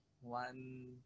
one